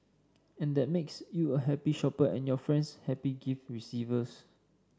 and that makes you a happy shopper and your friends happy gift receivers